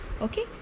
Okay